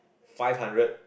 five hundred